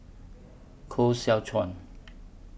Koh Seow Chuan